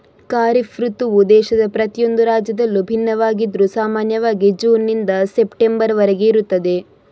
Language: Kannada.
ಖಾರಿಫ್ ಋತುವು ದೇಶದ ಪ್ರತಿಯೊಂದು ರಾಜ್ಯದಲ್ಲೂ ಭಿನ್ನವಾಗಿದ್ರೂ ಸಾಮಾನ್ಯವಾಗಿ ಜೂನ್ ನಿಂದ ಸೆಪ್ಟೆಂಬರ್ ವರೆಗೆ ಇರುತ್ತದೆ